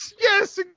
yes